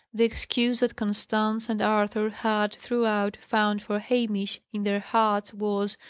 the excuse that constance and arthur had, throughout, found for hamish in their hearts was,